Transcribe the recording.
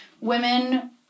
women